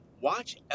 Watch